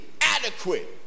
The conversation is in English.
adequate